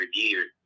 years